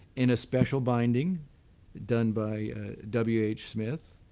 in a special biding done by w. h. smith.